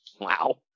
Wow